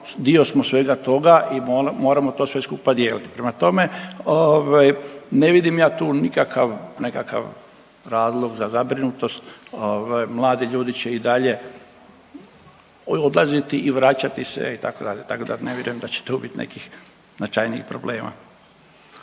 dio smo svega toga i moramo to sve skupa dijeliti. Prema tome ovaj ne vidim ja tu nikakav nekakav razlog za zabrinutost, ovaj mladi ljudi će i dalje odlaziti i vraćati se itd., tako da ne vjerujem da će tu biti nekih značajnih problema.